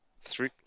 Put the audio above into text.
three